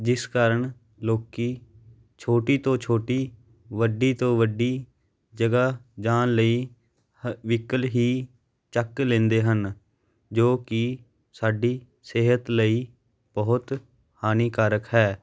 ਜਿਸ ਕਾਰਨ ਲੋਕ ਛੋਟੀ ਤੋਂ ਛੋਟੀ ਵੱਡੀ ਤੋਂ ਵੱਡੀ ਜਗ੍ਹਾ ਜਾਣ ਲਈ ਵਹੀਕਲ ਹੀ ਚੱਕ ਲੈਂਦੇ ਹਨ ਜੋ ਕਿ ਸਾਡੀ ਸਿਹਤ ਲਈ ਬਹੁਤ ਹਾਨੀਕਾਰਕ ਹੈ